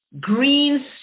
green